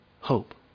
hope